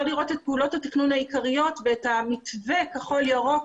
לראות את פעולות התכנון העיקריות ואת המתווה כחול-ירוק